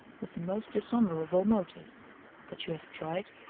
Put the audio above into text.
with the most dishonorable motives that you have tried,